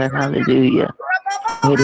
hallelujah